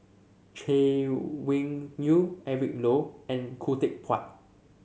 Chay Weng Yew Eric Low and Khoo Teck Puat